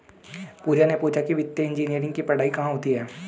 पूजा ने पूछा कि वित्तीय इंजीनियरिंग की पढ़ाई कहाँ होती है?